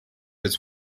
his